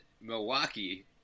Milwaukee